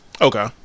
Okay